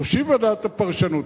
תושיב את ועדת הפרשנות,